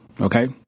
Okay